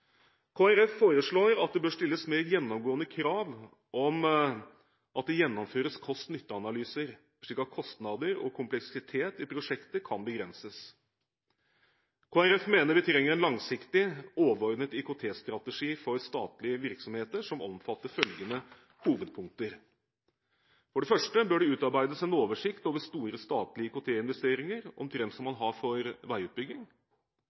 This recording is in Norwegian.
Folkeparti foreslår at det bør stilles mer gjennomgående krav om at det gjennomføres kost–nytte-analyser, slik at kostnader og kompleksitet i prosjekter kan begrenses. Kristelig Folkeparti foreslår i tillegg en langsiktig, overordnet IKT-strategi for statlige virksomheter som omfatter følgende hovedpunkter: For det første bør det utarbeides en oversikt over store statlige IKT-investeringer, omtrent som man har for veiutbygging.